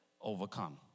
overcome